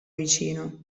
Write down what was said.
vicino